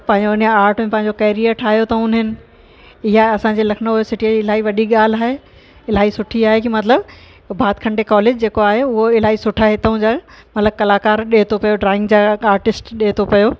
पंहिंजो उन आर्ट में पंहिंजो केरियर ठाहियो अथऊं उन्हनि इहा असांजे लखनऊ सिटीअ जी इलाही वॾी ॻाल्हि आहे इलाही सुठी आहे की मतिलब भातखंडे कॉलेज जेको आहे उहो इलाही सुठा हितों जा मतलिब कलाकार ॾिए थो पियो ड्रॉइंग जा आर्टिस्ट ॾिए थो पयो